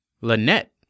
Lynette